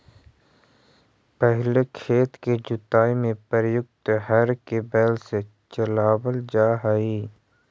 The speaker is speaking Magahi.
पहिले खेत के जुताई में प्रयुक्त हर के बैल से चलावल जा हलइ